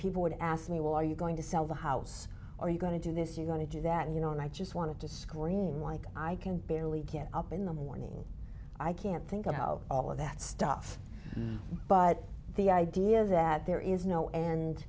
people would ask me well are you going to sell the house or are you going to do this you're going to do that you know and i just want to scream like i can barely get up in the morning i can't think of how all of that stuff but the idea that there is no end